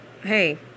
hey